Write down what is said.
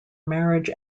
marriage